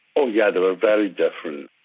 oh yeah, they were very different.